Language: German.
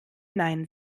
nein